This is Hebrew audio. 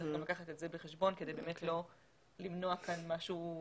צריך לקחת גם את זה בחשבון כדי לא למנוע יותר מדי.